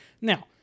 Now